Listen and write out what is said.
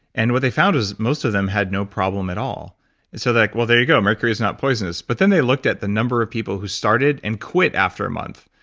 and what they found is most of them had no problem at all, and so they're like, well, there you go. mercury is not poisonous. but then they looked at the number of people who started and quit after a month,